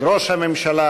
של ראש הממשלה,